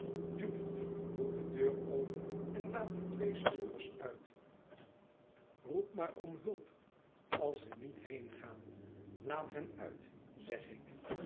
doe de deur open en laat die twee snoevers uit roep maar om hulp als ze niet heengaan laat hen uit zeg ik